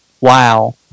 Wow